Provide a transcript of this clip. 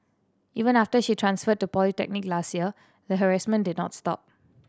even after she transferred to polytechnic last year the harassment did not stop